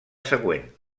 següent